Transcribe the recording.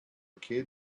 kid